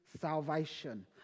salvation